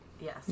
yes